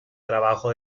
trabajo